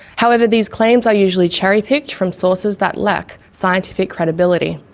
however these claims are usually cherry picked from sources that lack scientific credibility.